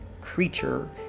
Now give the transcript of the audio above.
creature